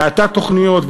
בהאטת תוכניות,